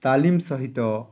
ତାଲିମ ସହିତ